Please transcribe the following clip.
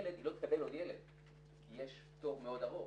אישה שיש לה ילד לא תקבל עוד ילד כי יש תור מאוד ארוך,